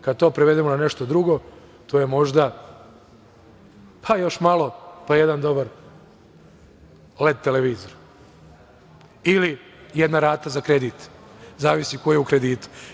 Kada to prevedemo na nešto drugo, to je možda, pa još malo, jedan dobar led televizor ili jedna rata za kredit, zavisi ko je u kreditu.